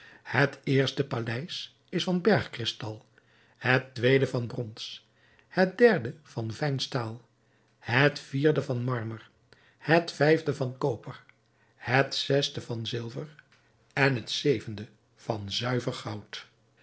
het eerste paleis is van bergkristal het tweede van brons het derde van fijn staal het vierde van marmer het vijfde van koper het zesde van zilver en het zevende van zuiver goud